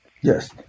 Yes